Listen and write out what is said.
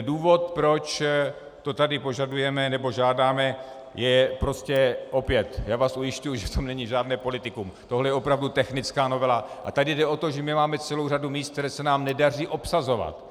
Důvod, proč to tady požadujeme nebo žádáme, je opět já vás ujišťuji, že v tom není žádné politikum, tohle je opravdu technická novela, a tady jde o to, že máme celou řadu míst, které se nám nedaří obsazovat.